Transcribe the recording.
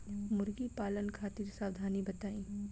मुर्गी पालन खातिर सावधानी बताई?